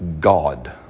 God